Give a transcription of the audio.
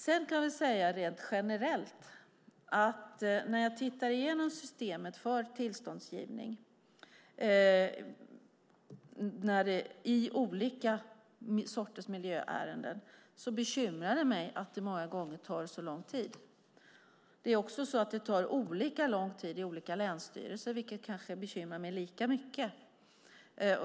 Sedan kan jag generellt säga att när jag tittar igenom systemet för tillståndsgivning i olika sorters miljöärenden bekymrar det mig att det många gånger tar så lång tid. Det tar också olika lång tid i olika länsstyrelser, vilket kanske bekymrar mig lika mycket.